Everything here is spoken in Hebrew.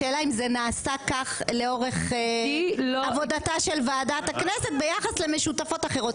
השאלה אם זה נעשה כך לאורך עבודתה של ועדת הכנסת ביחס למשותפות אחרות.